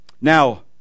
now